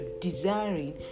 desiring